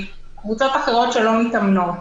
קבוצות אחרות שלא מתאמנות,